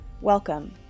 Welcome